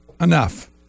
enough